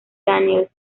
daniels